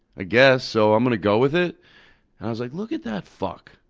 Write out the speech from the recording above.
i guess, so i'm going to go with it. and i was like, look at that fuck,